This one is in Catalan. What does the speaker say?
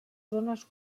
zones